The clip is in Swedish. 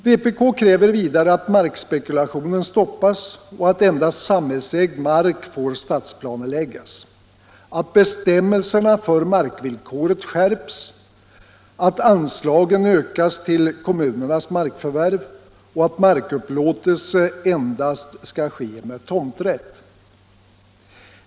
Vpk kräver vidare att markspekulationen stoppas och att endast sam hällsägd mark får stadsplaneläggas, att bestämmelserna för markvillkoret skärps, att anslagen ökas till kommunernas markförvärv och att markupplåtelse endast skall ske med tomträtt.